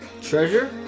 Treasure